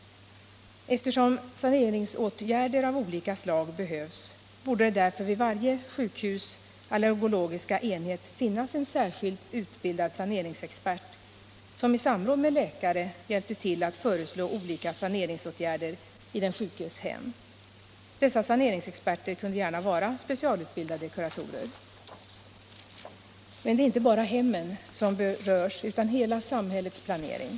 Eftersom saneringsåtgärder av olika slag behövs, borde det därför vid varje sjukhus allergologiska enhet finnas en särskilt utbildad saneringsexpert som i samråd med läkare hjälpte till att föreslå olika saneringsåtgärder i den sjukes hem. Dessa saneringsexperter kunde gärna vara specialutbildade kuratorer. Men det är inte bara hemmet som berörs utan hela samhällets planering.